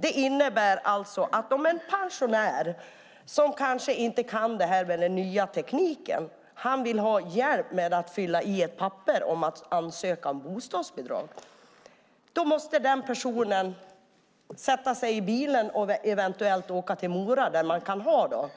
Det innebär att om en pensionär som kanske inte kan det här med den nya tekniken och vill ha hjälp med att fylla i ett papper om att ansöka om bostadsbidrag måste den personen sätta sig i bilen och eventuellt åka till Mora. Där kan man ta